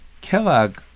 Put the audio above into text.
Kellogg